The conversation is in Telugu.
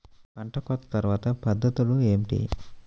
పంట కోత తర్వాత పద్ధతులు ఏమిటి?